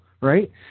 right